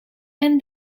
and